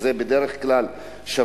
שם זה בדרך כלל שווה,